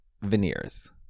veneers